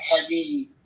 heavy